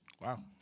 Wow